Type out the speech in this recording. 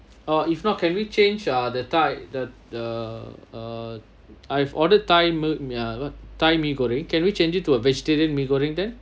err if not can we change uh the thai the the uh uh I've ordered thai thai mee goreng can we change it to a vegetarian mee goreng then